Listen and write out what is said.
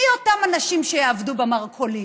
מי אותם אנשים שיעבדו במרכולים,